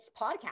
podcast